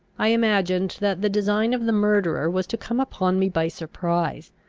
i imagined that the design of the murderer was to come upon me by surprise,